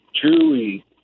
truly